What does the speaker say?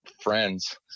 friends